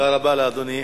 תודה רבה לאדוני.